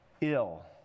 ill